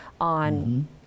on